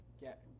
get